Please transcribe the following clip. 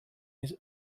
his